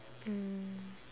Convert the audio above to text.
mm